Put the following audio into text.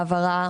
העברה